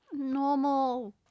Normal